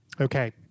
Okay